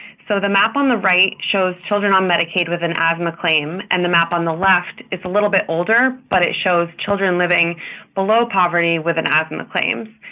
so the map on the right shows children on medicaid with an asthma claim, and the map on the left is a little bit older, but it shows children living below poverty with an asthma claim.